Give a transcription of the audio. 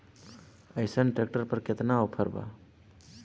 अइसन ट्रैक्टर पर केतना ऑफर बा?